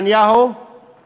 נתניהו